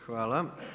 Hvala.